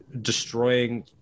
destroying